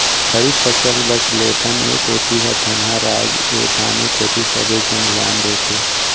खरीफ फसल बस लेथन, ए कोती ह धनहा राज ए धाने कोती सबे झन धियान देथे